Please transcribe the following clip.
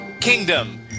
Kingdom